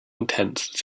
intense